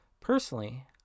Personally